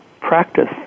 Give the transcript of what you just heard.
practice